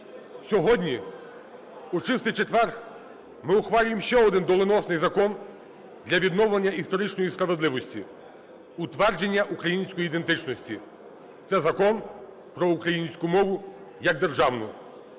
Сьогодні, у Чистий четвер, ми ухвалюємо ще один доленосний закон для відновлення історичної справедливості, утвердження української ідентичності – це Закон про українську мову як державну.